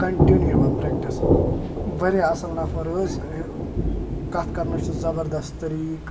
continue یِوان practice واریاہ اَصٕل نَفَر حظ کَتھ کَرنَس چھِ زَبَردَست طریٖقہ